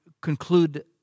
conclude